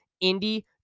Indy